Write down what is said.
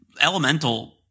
Elemental